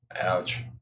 Ouch